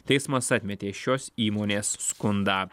teismas atmetė šios įmonės skundą